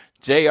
JR